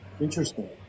Interesting